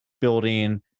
building